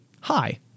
hi